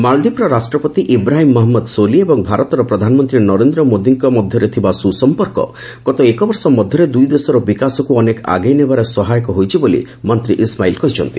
ମାଳଦୀପର ରାଷ୍ଟ୍ରପତି ଇବ୍ରାହିମ୍ ମହମ୍ମଦ ସୋଲି ଏବଂ ଭାରତର ପ୍ରଧାନମନ୍ତ୍ରୀ ନରେନ୍ଦ୍ର ମୋଦୀଙ୍କ ଭିତରେ ଥିବା ସୁସମ୍ପର୍କ ଗତ ଏକ ବର୍ଷ ମଧ୍ୟରେ ଦୁଇ ଦେଶର ବିକାଶକୁ ଅନେକ ଆଗେଇ ନେବାରେ ସହାୟକ ହୋଇଛି ବୋଲି ମନ୍ତ୍ରୀ ଇସମାଇଲ୍ କହିଛନ୍ତି